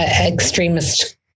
extremist